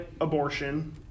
abortion